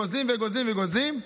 גוזלים וגוזלים וגוזלים.